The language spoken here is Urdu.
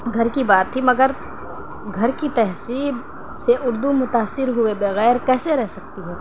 گھر کی بات تھی مگر گھر کی تہذیب سے اردو متأثر ہوئے بغیر کیسے رہ سکتی ہے